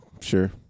Sure